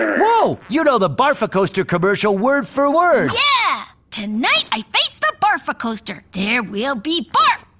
woah. you know the barf-a-coaster commercial word for word. yeah! tonight, i face the barf-a-coaster. there will be barf.